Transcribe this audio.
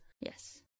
Yes